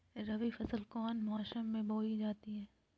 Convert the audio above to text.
रबी फसल कौन मौसम में बोई जाती है?